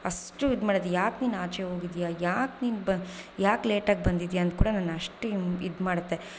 ಅಷ್ಟು ಇದು ಮಾಡುತ್ತೆ ಯಾಕೆ ನೀನು ಆಚೆ ಹೋಗಿದ್ದೀಯ ಯಾಕೆ ನೀನು ಬಂ ಯಾಕೆ ಲೇಟ್ ಆಗಿ ಬಂದಿದ್ದೀಯಾ ಅಂತ ಕೂಡ ನನ್ನ ಅಷ್ಟು ಇದು ಮಾಡುತ್ತೆ